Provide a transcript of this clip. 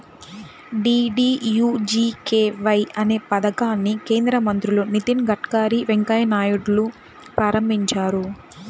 DDUGKY అనే పథకాన్ని కేంద్ర మంత్రులు నితిన్ గడ్కరీ, వెంకయ్య నాయుడులు ప్రారంభించారు